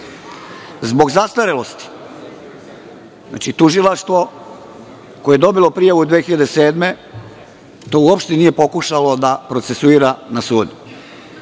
zbog zastarelosti. Tužilaštvo koje je dobilo prijavu 2007. godine to uopšte nije pokušalo da procesuira na